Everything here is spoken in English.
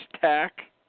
tack